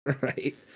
Right